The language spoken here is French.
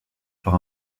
par